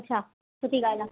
अछा सुठी ॻाल्हि आहे